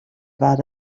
about